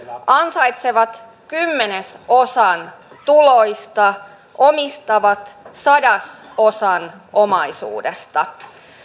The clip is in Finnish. ansaitsevat kymmenesosan tuloista omistavat sadasosan omaisuudesta